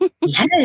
Yes